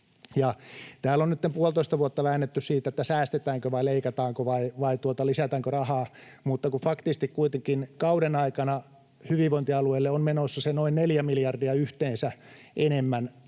Täällä on nytten puolitoista vuotta väännetty siitä, säästetäänkö vai leikataanko vai lisätäänkö rahaa, mutta kun faktisesti kuitenkin kauden aikana hyvinvointialueille on menossa yhteensä se noin neljä miljardia enemmän